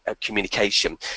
communication